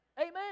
Amen